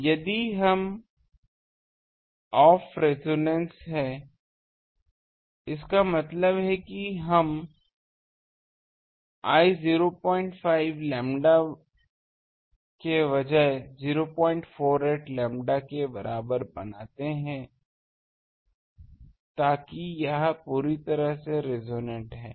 अब यदि हम ऑफ रेजोनेंस हैं इसका मतलब है कि हम l 05 लैम्ब्डा के बजाय 048 लैम्ब्डा के बराबर बनाते हैं ताकि यह पूरी तरह से रेजोनेंस है